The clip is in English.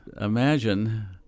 Imagine